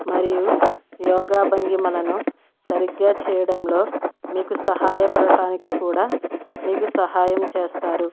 మరియు యోగా భంగిమలను సరిగ్గా చేయడంలో మీకు సహాయపడటానికి కూడా మీకు సహాయం చేస్తారు